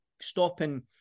stopping